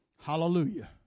Hallelujah